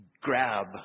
grab